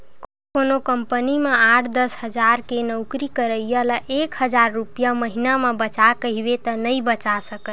कोनो कंपनी म आठ, दस हजार के नउकरी करइया ल एक हजार रूपिया महिना म बचा कहिबे त नइ बचा सकय